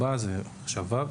(ו)